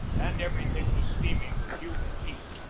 and everything was steaming with humid heat.